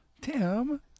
Tim